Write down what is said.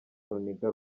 runiga